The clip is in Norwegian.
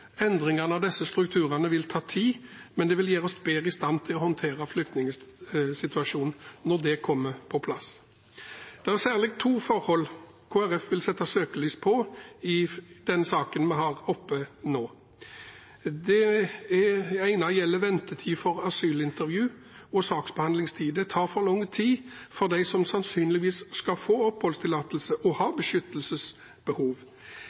Endringene av disse strukturene vil ta tid, men det vil gjøre oss bedre i stand til å håndtere flyktningsituasjonen når det kommer på plass. Det er særlig to forhold Kristelig Folkeparti vil sette søkelys på i den saken vi har oppe nå. Det ene gjelder ventetid for asylintervju og saksbehandlingstid. Det tar for lang tid for dem som sannsynligvis skal få oppholdstillatelse, og har beskyttelsesbehov.